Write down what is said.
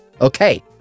Okay